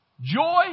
Joy